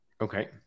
Okay